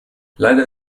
leider